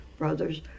brothers